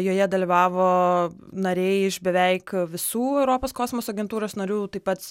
joje dalyvavo nariai iš beveik visų europos kosmoso agentūros narių taip pat